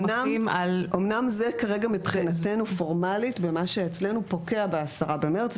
אומנם זה כרגע מבחינתנו פורמלית במה שאצלנו פוקע ב-10 במרץ,